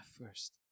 first